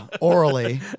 orally